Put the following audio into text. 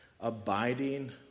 abiding